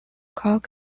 cog